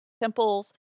temples